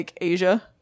Asia